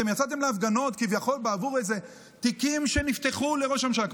אתם יצאתם להפגנות כביכול בעבור איזה תיקים שנפתחו לראש הממשלה.